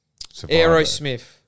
Aerosmith